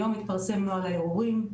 היום התפרסם נוהל ערעורים.